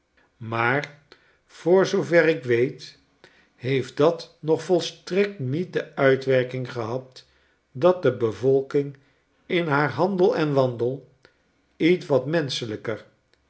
maar voor zoover ik weet heeft dat nog volstrekt niet de uitwerking gehad dat de bevolking in haar handel en wandel ietwat